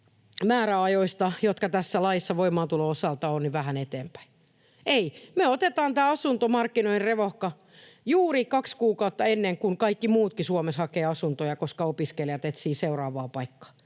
määräajoista, jotka tässä laissa voimaantulon osalta on, vähän eteenpäin? Ei, me otetaan tämä asuntomarkkinoiden revohka juuri kaksi kuukautta ennen kuin kaikki muutkin Suomessa hakevat asuntoja, koska opiskelijat etsivät seuraavaa paikkaa.